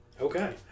Okay